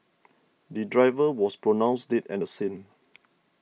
the driver was pronounced dead at the scene